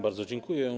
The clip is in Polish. Bardzo dziękuję.